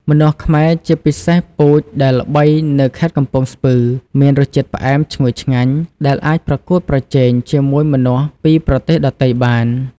ម្នាស់ខ្មែរ ជាពិសេសពូជដែលល្បីនៅខេត្តកំពង់ស្ពឺ មានរសជាតិផ្អែមឈ្ងុយឆ្ងាញ់ ដែលអាចប្រកួតប្រជែងជាមួយម្នាស់ពីប្រទេសដទៃបាន។